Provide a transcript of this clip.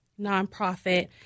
nonprofit